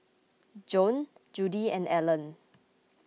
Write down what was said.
Joann Judi and Alan